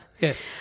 Yes